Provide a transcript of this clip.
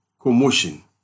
commotion